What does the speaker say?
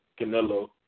Canelo